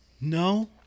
No